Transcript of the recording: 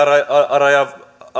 alarajan